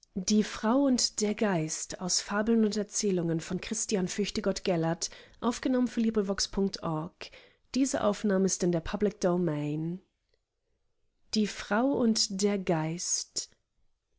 der geist die